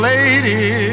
Lady